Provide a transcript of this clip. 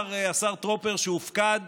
השר טרופר, מופקד